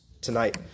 tonight